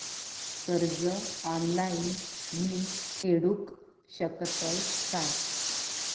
कर्ज ऑनलाइन मी फेडूक शकतय काय?